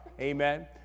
Amen